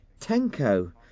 Tenko